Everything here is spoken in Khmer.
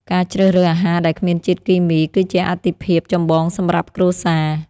ការជ្រើសរើសអាហារដែលគ្មានជាតិគីមី គឺជាអាទិភាពចម្បងសម្រាប់គ្រួសារ។